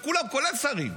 לכולם, כולל שרים.